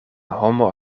homo